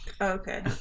Okay